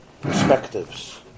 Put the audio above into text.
perspectives